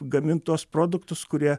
gamint tuos produktus kurie